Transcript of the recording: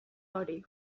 hori